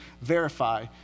verify